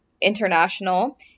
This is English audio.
International